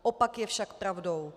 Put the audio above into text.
Opak je však pravdou.